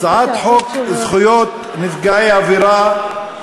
הצעת חוק זכויות נפגעי עבירה (תיקון,